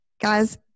guys